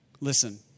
Listen